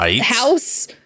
house